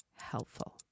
helpful